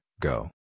Go